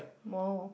whoa